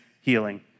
healing